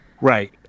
Right